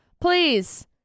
please